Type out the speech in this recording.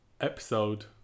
episode